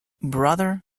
brother